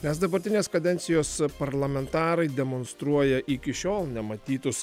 nes dabartinės kadencijos parlamentarai demonstruoja iki šiol nematytus